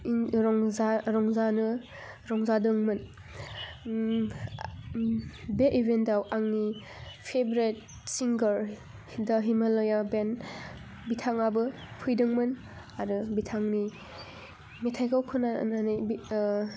रांजा रंजानो रंजादोंमोन बे इबेन्टआव आंनि फेब्रेट सिंगार दा हिमालाया बेन्द बिथाङाबो फैदों आरो बिथांनि मेथाइखौ खोनानानै